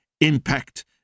impact